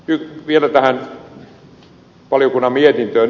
vielä tähän valiokunnan mietintöön